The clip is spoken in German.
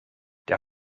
der